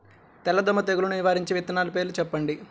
తెల్లదోమ తెగులును నివారించే విత్తనాల పేర్లు చెప్పండి?